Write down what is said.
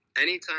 anytime